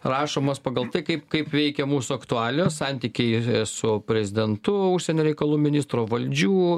rašomas pagal tai kaip kaip veikia mūsų aktualijos santykiai su prezidentu užsienio reikalų ministro valdžių